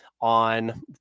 on